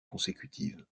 consécutives